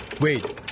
Wait